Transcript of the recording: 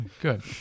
Good